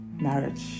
marriage